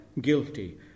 guilty